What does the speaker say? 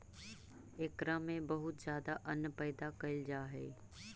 एकरा में बहुत ज्यादा अन्न पैदा कैल जा हइ